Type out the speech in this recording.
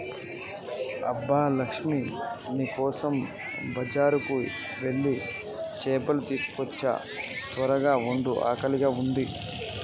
అబ్బ లక్ష్మీ నీ కోసం బజారుకెళ్ళి సేపలు తీసుకోచ్చా త్వరగ వండు ఆకలిగా ఉంది